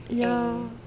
ya